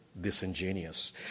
disingenuous